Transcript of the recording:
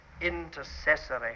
intercessory